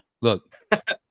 Look